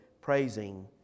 praising